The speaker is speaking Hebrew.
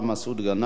מסעוד גנאים,